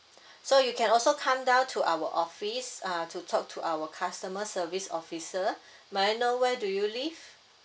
so you can also come down to our office uh to talk to our customer service officer may I know where do you live